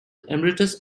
emeritus